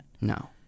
No